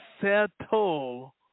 settle